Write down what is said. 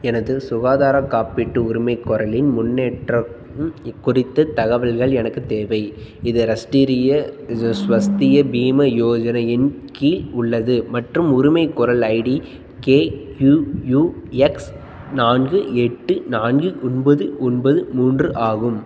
எனது சுகாதார காப்பீட்டு உரிமைக்கோரலின் முன்னேற்றம் குறித்த தகவல்கள் எனக்கு தேவை இது ராஷ்டிரிய இது ஸ்வஸ்திய பீமா யோஜனா இன் கீழ் உள்ளது மற்றும் உரிமைகோரல் ID K Q U X நான்கு எட்டு நான்கு ஒன்பது ஒன்பது மூன்று ஆகும்